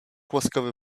łaskawy